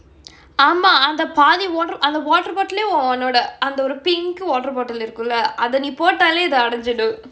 ஆமா அந்த பாதி:aamaa antha paathi water அந்த:antha water bottle leh ஒன்~ உன்னோடே அந்த ஒரு:on~ unnodae antha oru pink water bottle இருக்குலே அதே நீ போட்டாலே இது அலஞ்சிடும்:irukkulae athae nee pottaallae ithu alanjidum